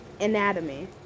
anatomy